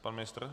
Pan ministr?